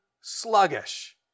sluggish